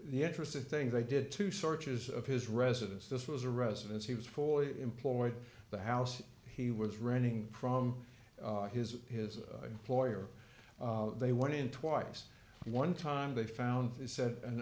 the interesting thing they did two searches of his residence this was a residence he was fully employed the house he was running from his his employer they went in twice one time they found the said an